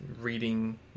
reading